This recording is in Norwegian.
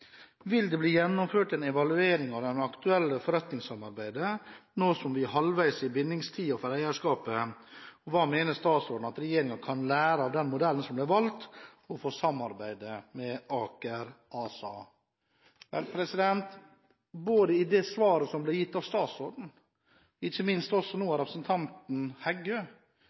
det bli gjennomført en evaluering av det aktuelle forretningssamarbeidet nå som vi er vel halvveis i bindingstiden for eierskapet, og hva mener statsråden at regjeringen kan lære av den modellen som ble valgt for samarbeid med Aker ASA?» Både det svaret som ble gitt av statsråden, og ikke minst nå av representanten Heggø,